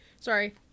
Sorry